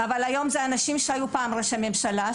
אבל היום זה אנשים שהיו פעם ראשי ממשלה.